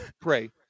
pray